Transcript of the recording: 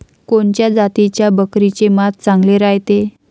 कोनच्या जातीच्या बकरीचे मांस चांगले रायते?